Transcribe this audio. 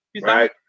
right